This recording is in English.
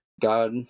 God